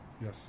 Yes